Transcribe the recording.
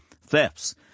thefts